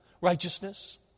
righteousness